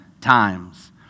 times